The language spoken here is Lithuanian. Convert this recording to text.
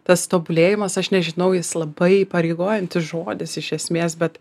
tas tobulėjimas aš nežinau jis labai įpareigojantis žodis iš esmės bet